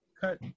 cut